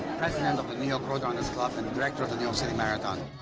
and but new york road runners club and director of the new york city marathon.